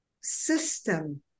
system